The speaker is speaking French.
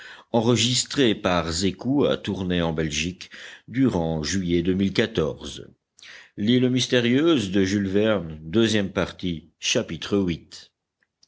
of l'île mystérieuse by